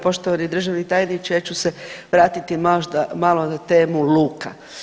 Poštovani državni tajniče, ja ću se vratiti možda malo na temu luka.